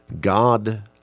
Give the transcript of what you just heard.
God